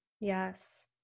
Yes